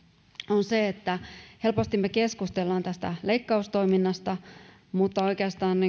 on se että helposti me keskustelemme tästä leikkaustoiminnasta mutta oikeastaan